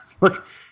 look